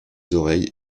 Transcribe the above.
oreilles